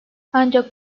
ancak